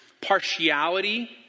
partiality